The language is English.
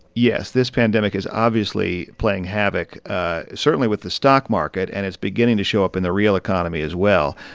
yes. this pandemic is obviously playing havoc certainly with the stock market, and it's beginning to show up in the real economy as well.